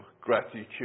gratitude